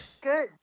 good